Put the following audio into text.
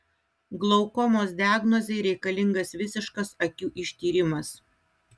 glaukomos diagnozei reikalingas visiškas akių ištyrimas